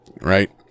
Right